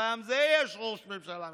פעם זה יהיה ראש ממשלה מכהן.